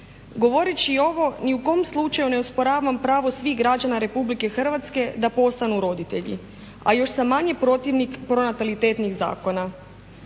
Govoreći ovo ni u kom slučaju ne osporavam pravo svih građana Republike Hrvatske da postanu roditelji, a još sam manji protivnik pronatalitetnih zakona.